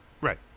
Right